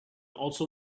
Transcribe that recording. also